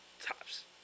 Tops